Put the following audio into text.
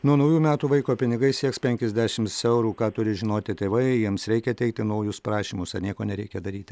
nuo naujų metų vaiko pinigai sieks penkiasdešims eurų ką turi žinoti tėvai jiems reikia teikti naujus prašymus ar nieko nereikia daryti